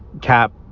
cap